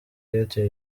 airtel